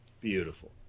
beautiful